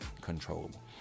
controllable